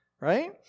right